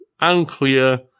unclear